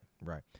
right